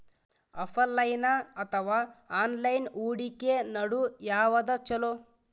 Offline ಅಥವಾ online ಹೂಡಿಕೆ ನಡು ಯವಾದ ಛೊಲೊ?